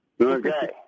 Okay